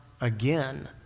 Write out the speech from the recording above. again